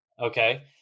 Okay